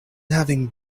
having